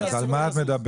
אז על מה את מדברת?